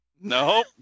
No